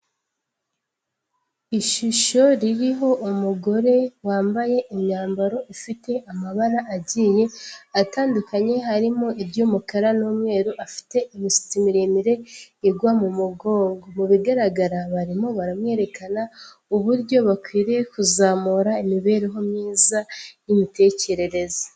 Ishusho ririho umugore wambaye imyambaro ifite amabara agiye atandukanye, harimo iry'umukara n'umweru, afite imisatsi miremire igwa mu mugongo. Mu bigaragara barimo barerekana uburyo bakwiriye kuzamura imibereho myiza y'imitekerereze.